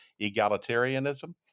egalitarianism